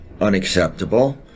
unacceptable